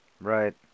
Right